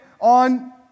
on